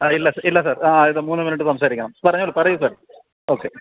ആ ഇല്ല ഇല്ല സാർ ആ ഇപ്പം മൂന്ന് മിനിട്ട് സംസാരിക്കണം പറഞ്ഞോളൂ പറയു സാർ ഓക്കെ